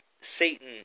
Satan